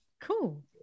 cool